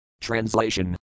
Translation